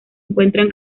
encuentran